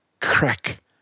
Crack